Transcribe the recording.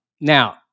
Now